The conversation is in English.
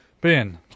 Ben